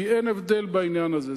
כי אין הבדל בעניין הזה,